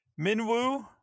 Minwoo